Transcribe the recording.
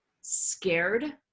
scared